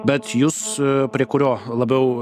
bet jūs prie kurio labiau